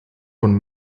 von